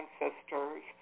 ancestor's